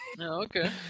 okay